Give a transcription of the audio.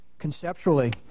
conceptually